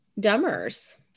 dummers